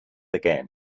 again